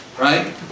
right